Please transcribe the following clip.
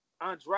Andrade